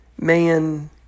man